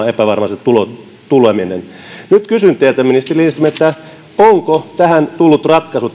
epävarmaa se tulon tuleminen nyt kysyn teiltä ministeri lindström onko tähän eetun ongelmaan tullut ratkaisu